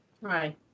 Right